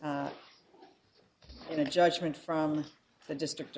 c in a judgment from the district